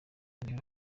niwe